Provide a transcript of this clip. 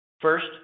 First